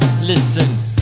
listen